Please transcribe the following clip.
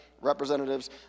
representatives